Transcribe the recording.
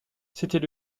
c’était